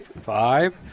five